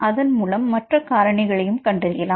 அதன்மூலம் மற்ற காரணிகளையும் கண்டறியலாம்